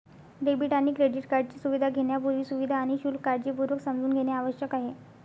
debit आणि credit कार्डची सुविधा घेण्यापूर्वी, सुविधा आणि शुल्क काळजीपूर्वक समजून घेणे आवश्यक आहे